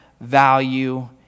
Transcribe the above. value